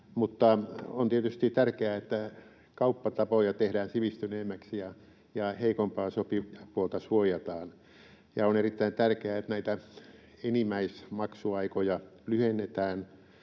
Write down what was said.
on tietysti tärkeää, että kauppatapoja tehdään sivistyneemmäksi ja heikompaa sopimuspuolta suojataan. Ja on erittäin tärkeää, että näitä enimmäismaksuaikoja lyhennetään.